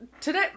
today